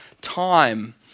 time